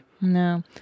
No